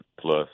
Plus